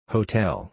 Hotel